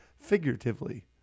figuratively